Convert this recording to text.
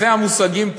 זה המושגים פה,